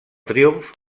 triomf